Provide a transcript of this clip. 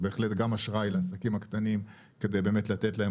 בהחלט, גם לאשראי לעסקים כדי לתת להם